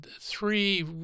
three